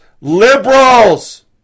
liberals